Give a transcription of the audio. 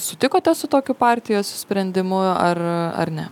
sutikote su tokiu partijos sprendimu ar ar ne